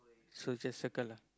so just circle lah